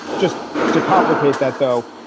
just to complicate that, though,